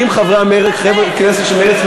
חבר הכנסת רוזנטל,